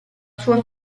sua